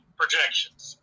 projections